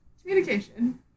communication